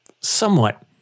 somewhat